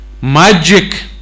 Magic